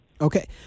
Okay